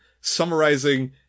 summarizing